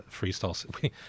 freestyle –